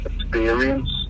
experience